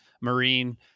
Marine